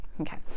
okay